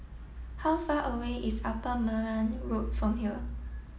how far away is Upper Neram Road from here